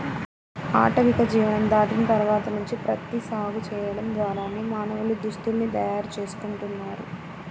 ఆటవిక జీవనం దాటిన తర్వాత నుంచి ప్రత్తి సాగు చేయడం ద్వారానే మానవులు దుస్తుల్ని తయారు చేసుకుంటున్నారు